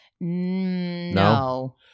no